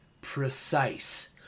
precise